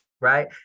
Right